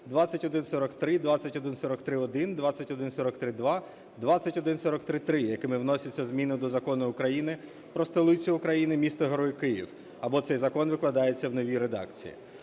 2143, 2143-1, 2143-2, 2143-3, - якими вносяться зміни до Закону України "Про столицю України - місто-герой Київ" або цей закон викладається у новій редакції.